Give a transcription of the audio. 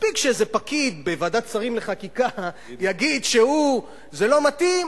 מספיק שאיזה פקיד בוועדת שרים לחקיקה יגיד שזה לא מתאים,